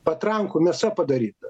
patrankų mėsa padaryta